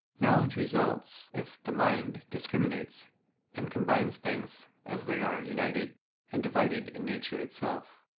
knowledge results if the mind discriminates and combines things as they are united and divided in nature itself.